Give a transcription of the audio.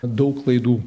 daug klaidų